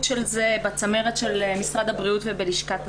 של זה בצמרת משרד הבריאות ובלשכת השר.